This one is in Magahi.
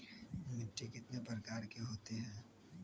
मिट्टी कितने प्रकार के होते हैं?